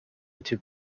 into